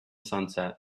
sunset